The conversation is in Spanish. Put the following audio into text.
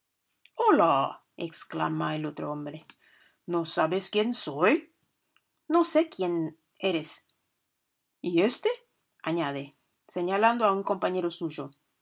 hola exclama el otro hombre no sabes quién soy no sé quién eres y éste añade señalando a un compañero suyo